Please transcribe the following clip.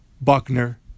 Buckner